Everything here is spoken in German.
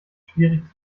schwierig